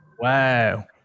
Wow